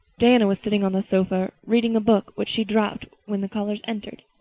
diana was sitting on the sofa, reading a book which she dropped when the callers entered.